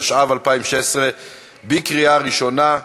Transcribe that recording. התשע"ו 2016. בקריאה ראשונה.